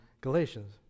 Galatians